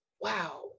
wow